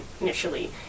initially